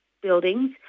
buildings